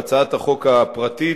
בהצעת החוק הפרטית